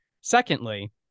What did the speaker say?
Secondly